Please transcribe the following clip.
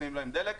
נותנים להם דלק,